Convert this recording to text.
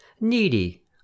needy